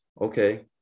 okay